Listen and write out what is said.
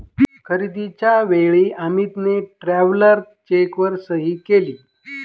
खरेदीच्या वेळी अमितने ट्रॅव्हलर चेकवर सही केली